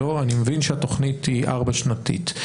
אני מבין שהתכנית היא ארבע שנתית,